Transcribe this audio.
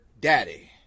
daddy